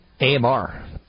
AMR